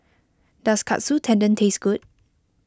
does Katsu Tendon taste good